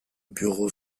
bureau